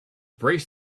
braced